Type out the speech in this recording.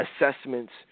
assessments